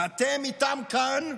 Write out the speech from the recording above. ואתם איתם כאן,